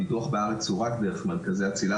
הביטוח בארץ הוא רק דרך מרכזי הצלילה,